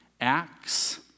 Acts